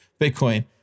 Bitcoin